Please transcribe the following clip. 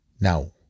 Now